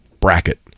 bracket